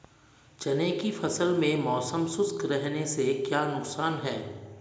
चने की फसल में मौसम शुष्क रहने से क्या नुकसान है?